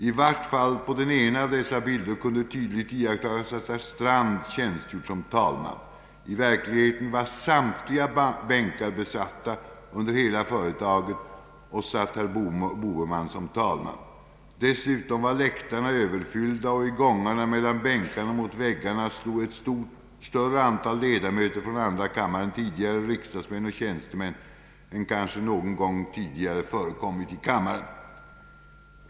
I vart fall på den ena av dessa bilder kunde tydligt iakttagas att herr Strand tjänstgjort som talman. I verkligheten var samtliga bänkar besatta och under hela förmiddagen satt herr Boheman som talman. Dessutom var läktarna överfyllda och i gångarna mellan bänkarna och mot väggarna stod ett större antal ledamöter från andra kammaren, tidigare riksdagsmän och tjänstemän än kanske någon gång tidigare förekommit i kammaren.